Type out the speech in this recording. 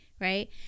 Right